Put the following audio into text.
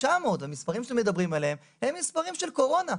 המספרים שאתם מדברים עליהם הם מספרים של קורונה,